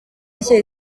rishya